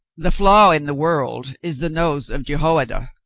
the flaw in the world is the nose of jehoiada.